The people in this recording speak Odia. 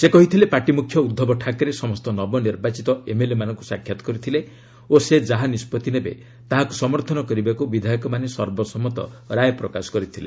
ସେ କହିଥିଲେ ପାର୍ଟି ମୁଖ୍ୟ ଉଦ୍ଧବ ଠାକରେ ସମସ୍ତ ନବନିର୍ବାଚିତ ଏମ୍ଏଲ୍ଏମାନଙ୍କୁ ସାକ୍ଷାତ କରିଥିଲେ ଓ ସେ ଯାହା ନିଷ୍ପଭି ନେବେ ତାହାକୁ ସମର୍ଥନ କରିବାକୁ ବିଧାୟକମାନେ ସର୍ବସମ୍ମତ ରାୟ ପ୍ରକାଶ କରିଥିଲେ